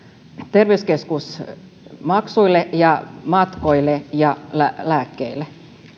terveyskeskusmaksuille ja matkoille ja lääkkeille